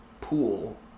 pool